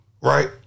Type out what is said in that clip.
right